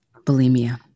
Bulimia